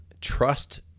trust